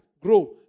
grow